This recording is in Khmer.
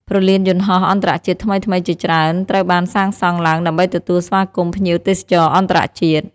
ព្រលានយន្តហោះអន្តរជាតិថ្មីៗជាច្រើនត្រូវបានសាងសង់ឡើងដើម្បីទទួលស្វាគមន៍ភ្ញៀវទេសចរអន្តរជាតិ។